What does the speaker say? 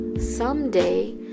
someday